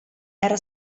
era